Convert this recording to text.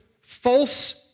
false